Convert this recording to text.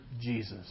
Jesus